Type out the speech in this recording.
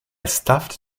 stuffed